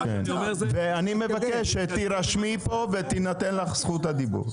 אני מבקש שתירשמי פה, ותינתן לך זכות הדיבור.